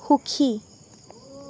সুখী